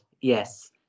Yes